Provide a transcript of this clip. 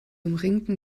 umringten